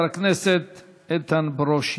חבר הכנסת איתן ברושי.